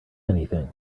anything